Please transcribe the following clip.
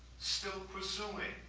still pursuing,